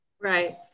Right